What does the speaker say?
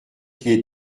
qu’il